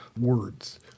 words